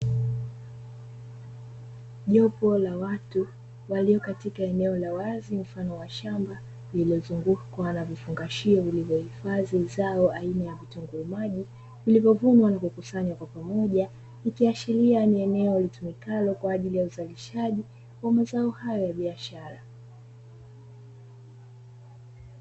Jopo la watu walio katika eneo la wazi, mfano wa shamba lililozungukwa na vifungashio vilivyohifadhi zao aina ya vitunguu maji, vilivyovunwa na kukusanywa kwa pamoja. Ikiashiria ni eneo litumikalo kwa ajili ya uzalishaji wa mazao hayo ya biashara.